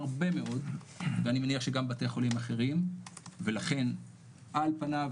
הרבה מאוד ואני מניח שגם בתי חולים אחרים ולכן על פניו